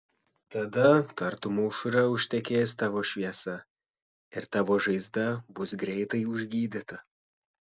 tada tartum aušra užtekės tavo šviesa ir tavo žaizda bus greitai užgydyta